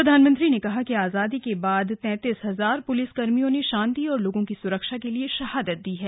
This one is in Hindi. प्रधानमंत्री ने कहा कि आजादी के बाद तैंतीस हजार पुलिस कर्मियों ने शांति और लोगों की सुरक्षा के लिए शहादत दी है